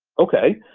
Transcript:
okay.